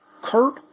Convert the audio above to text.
Kurt